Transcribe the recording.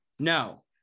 No